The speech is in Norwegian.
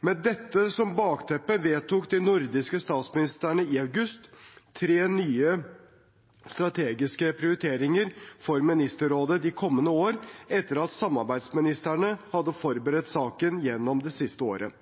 Med dette som bakteppe vedtok de nordiske statsministrene i august tre nye strategiske prioriteringer for Ministerrådet de kommende år, etter at samarbeidsministrene hadde forberedt saken gjennom det siste året: